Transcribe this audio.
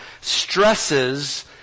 stresses